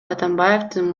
атамбаевдин